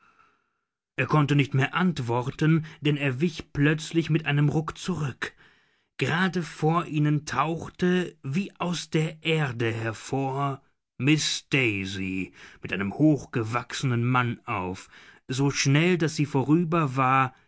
er konnte nicht mehr antworten denn er wich plötzlich mit einem ruck zurück gerade vor ihnen tauchte wie aus der erde hervor miß daisy mit einem hochgewachsenen mann auf so schnell daß sie vorüber war